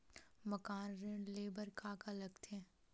मकान ऋण ले बर का का लगथे?